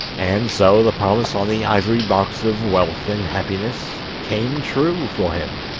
and so the promise on the ivory box of wealth and happiness came true for him,